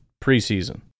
preseason